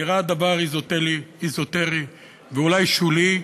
נראה דבר אזוטרי ואולי שולי.